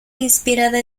inspirada